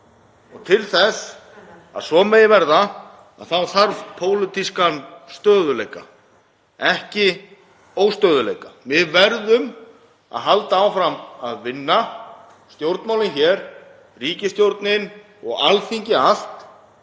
og til þess að svo megi verða þá þarf pólitískan stöðugleika, ekki óstöðugleika. Við verðum að halda áfram að vinna, stjórnmálin hér, ríkisstjórnin og Alþingi allt,